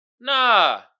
Nah